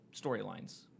storylines